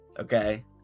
Okay